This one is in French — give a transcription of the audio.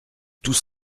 tout